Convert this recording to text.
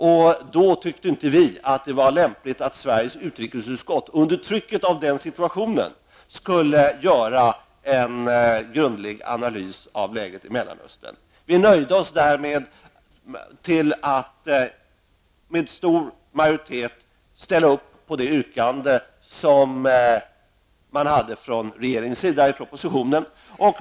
Vi fann det inte lämpligt att Sveriges utrikesutskott under trycket av den situationen skulle göra en grundlig analys av läget i Mellanöstern. En stor majoritet i utskottet nöjde sig därför med att ställa sig bakom regeringens yrkande i propositionen.